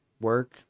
work